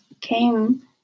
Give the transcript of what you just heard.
came